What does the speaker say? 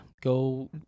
go